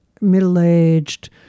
middle-aged